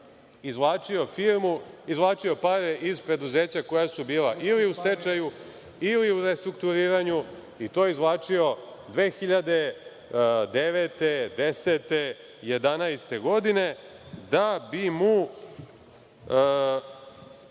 izvlačio pare iz preduzeća koja su bila ili u stečaju ili u restrukturiranju, i to izvlačio 2009, 2010, 2011. godine da bi mu